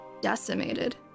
decimated